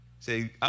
Say